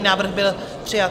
Návrh byl přijat.